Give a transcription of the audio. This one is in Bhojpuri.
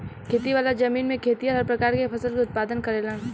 खेती वाला जमीन में खेतिहर हर प्रकार के फसल के उत्पादन करेलन